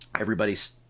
Everybody's